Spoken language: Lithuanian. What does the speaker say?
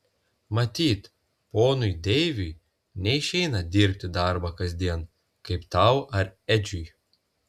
matyt ponui deiviui neišeina dirbti darbą kasdien kaip tau ar edžiui